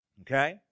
Okay